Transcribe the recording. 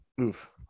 Oof